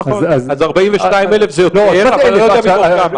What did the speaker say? נכון, אז 42,000, אני לא יודע מתוך כמה.